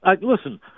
Listen